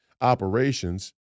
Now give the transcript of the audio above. operations